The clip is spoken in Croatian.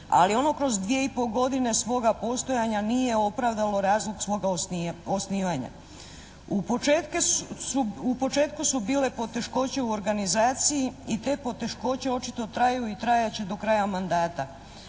ali ono kroz dvije i po godine svoga postojanja nije opravdalo razlog svoga osnivanja. U početku su bile poteškoće u organizaciji i te poteškoće očito traju i trajat će do kraja mandata.